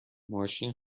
ماشین